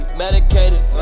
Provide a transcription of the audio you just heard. medicated